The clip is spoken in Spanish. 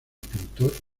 pintor